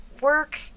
work